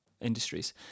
industries